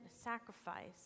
sacrifice